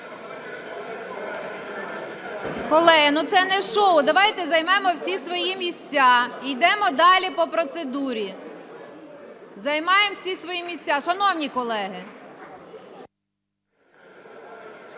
Колеги, це не шоу, давайте займемо всі свої місця і йдемо далі по процедурі. Займаємо всі свої місця, шановні колеги!